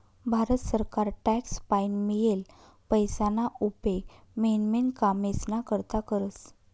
भारत सरकार टॅक्स पाईन मियेल पैसाना उपेग मेन मेन कामेस्ना करता करस